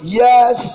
yes